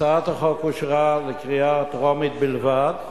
הצעת החוק אושרה לקריאה טרומית בלבד,